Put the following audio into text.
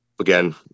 again